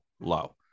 low